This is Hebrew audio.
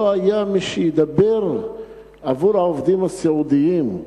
לא היה מי שידבר עבור הסיעודיים.